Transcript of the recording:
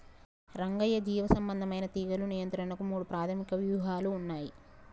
రంగయ్య జీవసంబంధమైన తీగలు నియంత్రణకు మూడు ప్రాధమిక వ్యూహాలు ఉన్నయి